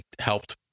helped